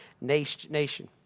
nation